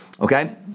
Okay